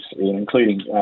including